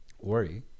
Worry